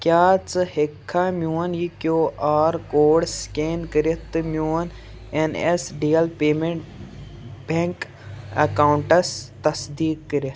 کیٛاہ ژٕ ہیٚککھا میون یہِ کیو آر کوڈ سکین کٔرِتھ تہٕ میون N S D L payment bank accounts تصدیٖق کٔرِتھ